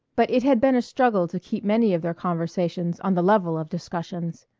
but it had been a struggle to keep many of their conversations on the level of discussions.